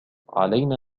علينا